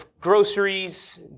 groceries